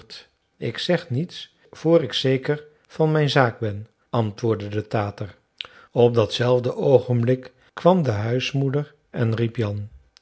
ik zeg niets voor ik zeker van mijn zaak ben antwoordde de tater op datzelfde oogenblik kwam de huismoeder en riep jan